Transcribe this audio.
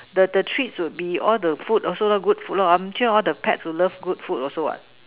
the the treats would be all the food also good food lah I'm sure all the pets would love good food also what